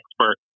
expert